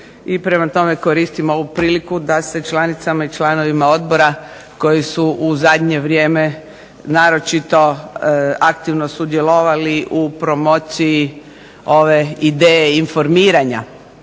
i opoziciju i koristim ovu priliku da se članicama i članovima odbora koji su u zadnje vrijeme naročito aktivno sudjelovali u promociji ove ideje informiranje